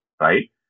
right